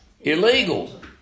Illegal